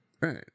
Right